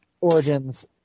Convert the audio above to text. Origins